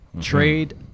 trade